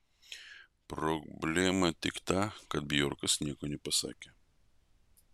problema tik ta kad bjorkas nieko nepasakė